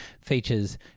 Features